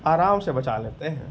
आराम से बचा लेते हैं